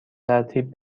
ترتیب